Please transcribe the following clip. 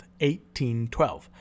1812